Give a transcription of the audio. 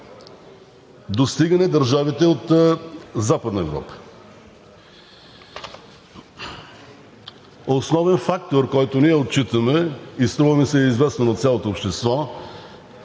достигане държавите от Западна Европа. Основен фактор, който ние отчитаме и струва ми се е известен на цялото общество